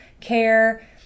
care